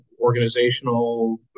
organizational